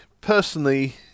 personally